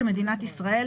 כמדינת ישראל,